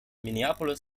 minneapolis